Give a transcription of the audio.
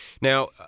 Now